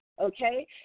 okay